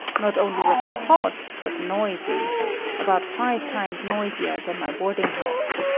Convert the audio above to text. not only was it hot, but noisy about five times noisier than my boarding house.